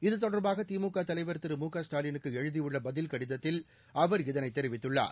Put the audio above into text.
இதுதொடர்பாக திமுக தலைவர் திரு மு க ஸ்டாலினுக்கு எழுதியுள்ள பதில் கடிதத்தில் அவர் இதனைத் தெரிவித்துள்ளார்